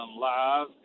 live